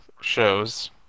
show's